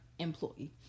Employee